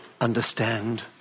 understand